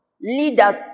leaders